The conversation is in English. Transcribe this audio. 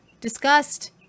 discussed